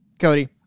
Cody